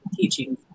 teaching